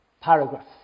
paragraph